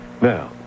Now